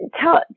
tell